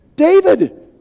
David